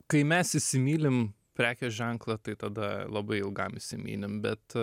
kai mes įsimylim prekės ženklą tai tada labai ilgam įsimylim bet